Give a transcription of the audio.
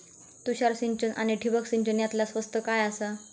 तुषार सिंचन आनी ठिबक सिंचन यातला स्वस्त काय आसा?